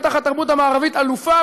בטח התרבות המערבית אלופה,